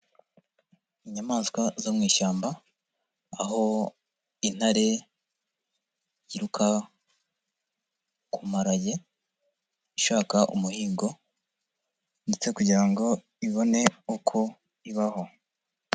Inyamaswa zo mu ishyamba, aho intare yiruka ku mparage, ishaka umuhigo ndetse kugira ngo ibone uko ibaho.